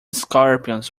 scorpions